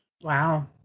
Wow